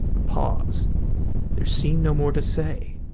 a pause there seemed no more to say.